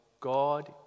God